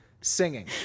Singing